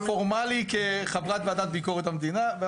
פורמלי לבוא כחברי ועדת ביקורת המדינה.